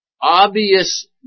obvious